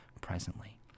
presently